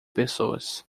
pessoas